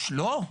לא,